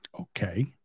Okay